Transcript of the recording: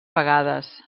vegades